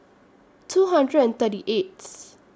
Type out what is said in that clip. two hundred and thirty eighth